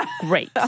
Great